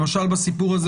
למשל, בסיפור הזה